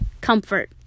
comfort